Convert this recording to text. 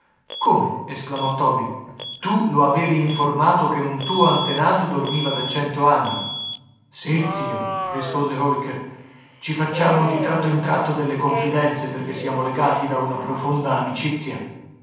come esclamò toby tu lo avevi informato che un tuo antenato dormiva da cento anni sì zio rispose holker ci facciamo di tratto in tratto delle confidenze perché siamo legati da una profonda amicizia